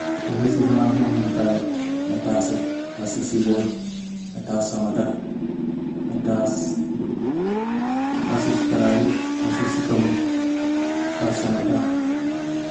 Oli éséfuno wa nak uŋa yo mé nukaan yo: gataso, gasuus sibool, étaas usamata, gataas yo, gasuus ukarari, gasuus sikamo, étaas usamata.